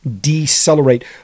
decelerate